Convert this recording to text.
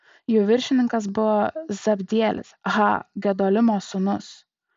jų viršininkas buvo zabdielis ha gedolimo sūnus